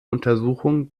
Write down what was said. untersuchung